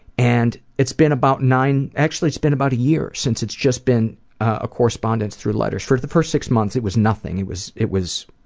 and it's been about nine, actually it's been about a year since it's just been a correspondence through letters. for the first six months, it was nothing, it was, it was,